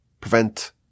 prevent